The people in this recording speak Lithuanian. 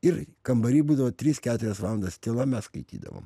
ir kambary būdavo tris keturias valandas tyla mes skaitydavom